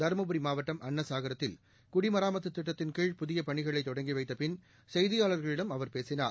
தருமபுரி மாவட்டம் அன்னசாகரத்தில் குடிமராமத்து திட்டத்தின் கீழ் புதிய பணிகளை தொடங்கி வைத்த பின் செய்தியாளர்களிடம் அவர் பேசினார்